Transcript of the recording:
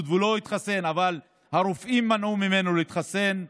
והוא לא התחסן, אבל הרופאים מנעו ממנו להתחסן,